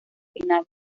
final